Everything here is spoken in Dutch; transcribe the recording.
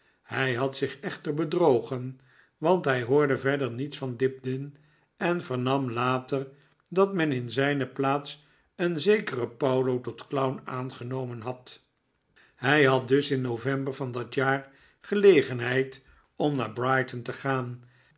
hij had zich echter bedrogen want hij hoorde verder niets van dibdin en vernam later dat men in zijne plaats een zekeren paulo tot clown aangenomen had hij had dus in november van dat jaar gelegenheid om naar brighton te gaan